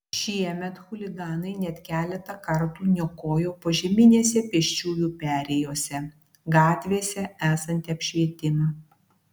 šiemet chuliganai net keletą kartų niokojo požeminėse pėsčiųjų perėjose gatvėse esantį apšvietimą